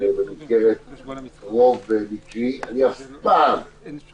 בהחלט המלצתי ליושב-ראש להביא